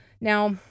Now